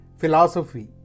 philosophy